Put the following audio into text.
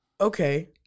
Okay